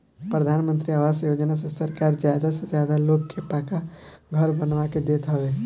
प्रधानमंत्री आवास योजना से सरकार ज्यादा से ज्यादा लोग के पक्का घर बनवा के देत हवे